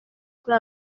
kuri